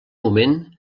moment